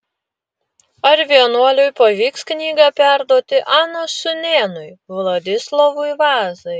ar vienuoliui pavyks knygą perduoti anos sūnėnui vladislovui vazai